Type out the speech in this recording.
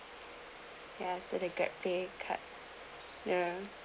ya so the grab pay card ya